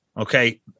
okay